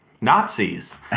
Nazis